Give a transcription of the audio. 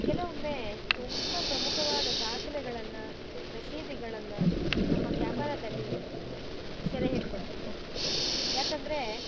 ಕೆಲವೊಮ್ಮೆ ತುಂಬ ಪ್ರಮುಖವಾದ ದಾಖಲೆಗಳನ್ನು ರಶೀದಿಗಳನ್ನು ನಮ್ಮ ಕ್ಯಾಮರದಲ್ಲಿ ಸೆರೆ ಹಿಡ್ಕೊಂತೀವಿ ಯಾಕೆಂದ್ರೆ